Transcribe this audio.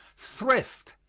thrift,